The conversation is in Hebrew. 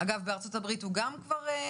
בארצות הברית הוא גם התגלה?